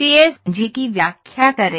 CSG की व्याख्या करें